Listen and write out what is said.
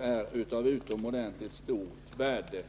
är av utomordentligt stort värde.